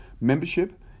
membership